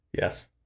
Yes